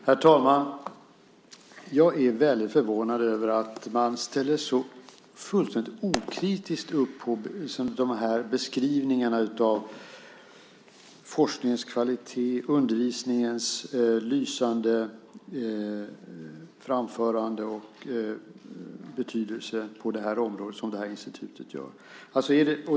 Herr talman! Jag är väldigt förvånad över att man så fullständigt okritiskt ställer upp på beskrivningarna av forskningens kvalitet på det här institutet och det lysande sätt undervisningen bedrivs på liksom dess betydelse på det här området.